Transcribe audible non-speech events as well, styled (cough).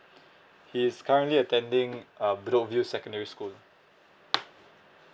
(breath) he is currently attending err bedok view secondary school